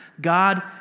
God